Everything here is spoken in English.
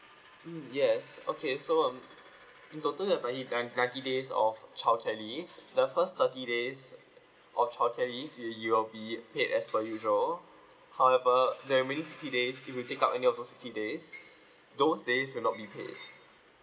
mm yes okay so um in total you have ninety nine ninety days of childcare leave the first thirty days uh uh of childcare leave you'll you'll be paid as per usual however the remaining sixty days if you take up any of those sixty days those days will not be paid